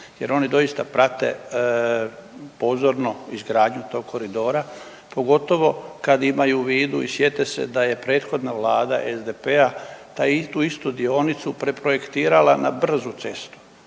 jer oni doista prate pozorno izgradnju tog koridora pogotovo kad imaju u vidu i sjete se da je prethodna vlada SDP-a tu istu dionicu preprojektirala na brzu cestu,